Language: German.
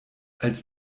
als